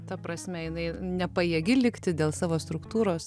ta prasme jinai nepajėgi likti dėl savo struktūros